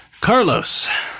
Carlos